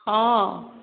हँ